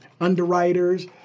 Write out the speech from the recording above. underwriters